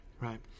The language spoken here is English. right